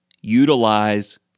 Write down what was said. utilize